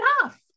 enough